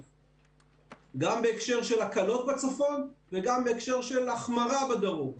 גם בהקשר של הקלות בצפון וגם בהקשר של החמרה בדרום,